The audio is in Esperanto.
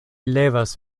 levas